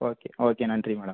okay okay நன்றி madam